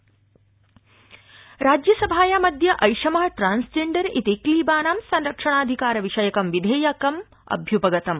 ससत्कार्यजातम् राज्यसभायामद्य ऐषम ट्रांस्जेन्डर इति क्लीबानां संरक्षणाधिकार विषयकं विधेयकम् अभ्य्पगतम्